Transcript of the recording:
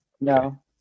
No